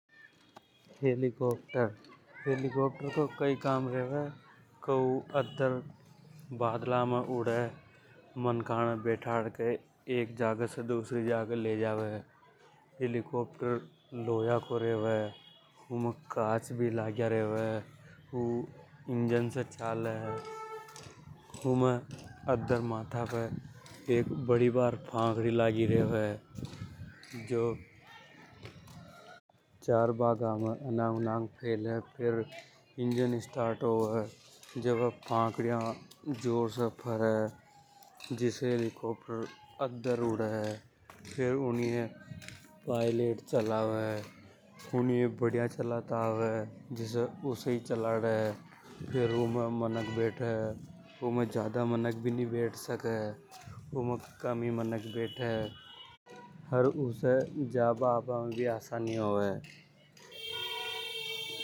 Helicopter helicopter को कई काम रेवे के ऊ बदला में उड़े मनका ने एक जागे से दूसरी जगे ले जावे हेलिकॉप्टर लौया को रेवे उमे कांच भी लागया रेवे। हेलिकॉप्टर इंजन से चले उमें अद्दर माथा पे फांखडिया भी लगी रेवे । जे भागा में अनंग उनंग फैले। इंजन स्टार्ट होवे जे वे गाखड़िया जोर से फारे जिसे हेलीकॉप्टर अद्दर उड़े। ऊनिये पायलेट छलावे बढ़िया चालता आवे जिसे ऊ छलावे। फेर उमें मनक बेटे उमें ज्यादा मनक भी नि बैठ सके । अर उसे जाबा आबा में भी आसानी होवे।